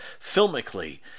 filmically